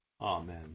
amen